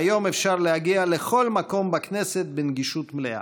והיום אפשר להגיע לכל מקום בכנסת בנגישות מלאה,